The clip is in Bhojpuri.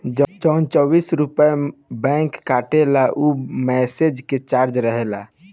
जवन चौबीस रुपइया बैंक काटेला ऊ मैसेज के चार्ज रहेला